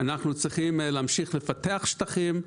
אנחנו צריכים להמשיך לפתח שטחים,